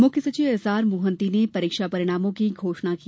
मुख्यसचिव एसआर मोहन्ती ने परीक्षा परिणामों की घोषणा की